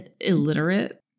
illiterate